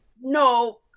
no